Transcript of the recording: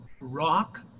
rock